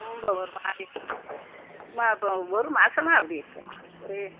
ரொம்ப ஒரு மாதிரி அம்மா இப்போ ஒரு மாசமாக அப்படி இருக்கும்மா ஒரு